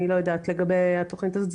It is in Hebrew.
אני לא יודעת לגבי התכנית הזאת,